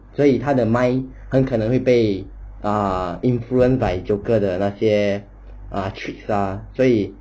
所以他的 mind 很可能会被 err influenced by joker 的那些 uh tricks ah 所以